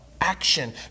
action